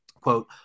quote